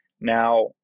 Now